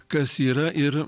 kas yra ir